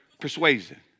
persuasion